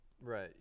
Right